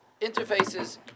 interfaces